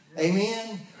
Amen